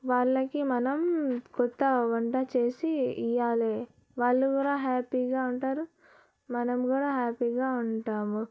వాళ్లకి మనం కొత్త వంట చేసి ఇయ్యాలే వాళ్ళు కూడా హ్యాపీగా ఉంటారు మనం కూడా హ్యాపీగా ఉంటాము